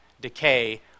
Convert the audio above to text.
decay